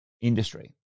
industry